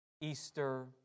Easter